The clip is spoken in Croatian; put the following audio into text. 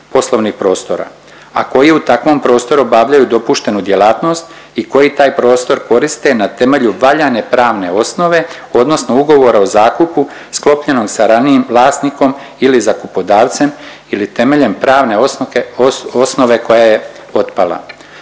a koji u takvom prostoru obavljaju dopuštenu djelatnost i koji taj prostor koriste na temelju valjane pravne osnove odnosno ugovora o zakupu sklopljenog sa ranijim vlasnikom ili zakupodavcem ili temeljem pravne osnove koja je otpala.